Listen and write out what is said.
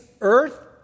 earth